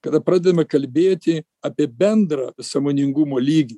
kada pradedame kalbėti apie bendrą sąmoningumo lygį